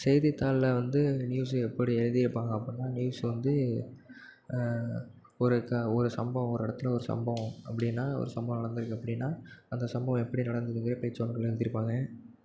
செய்தித்தாளில் வந்து நியூஸ் எப்படி எழுதியிருப்பாங்க அப்புடினா நியூஸ் வந்து ஒரு க ஒரு சம்பவம் ஒரு இடத்துல ஒரு சம்பவம் அப்படினா ஒரு சம்பவம் நடந்துருக்கு அப்படினா அந்த சம்பவம் எப்படி நடந்ததுங்குறதை பேச்சு வழக்கில் எழுதிருப்பாங்க